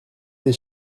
des